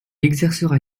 exercera